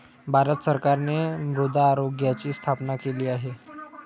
भारत सरकारने मृदा आरोग्याची स्थापना केली आहे